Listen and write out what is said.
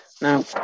Now